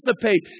participate